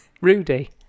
Rudy